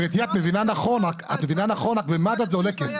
גברתי, את מבינה נכון, רק במד"א זה עולה כסף.